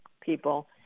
people